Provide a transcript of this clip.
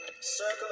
Circle